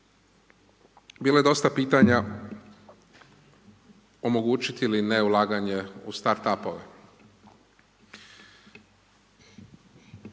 Bilo je dosta pitanja omogućiti ili ne ulaganje u start up-ove,